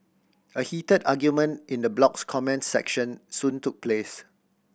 a heated argument in the blog's comment section soon took place